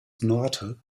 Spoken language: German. norte